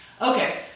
Okay